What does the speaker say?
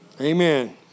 Amen